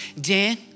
Dan